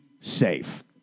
safe